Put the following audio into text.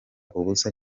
ubusa